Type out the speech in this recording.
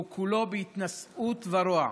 והוא כולו בהתנשאות ורוע.